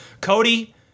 Cody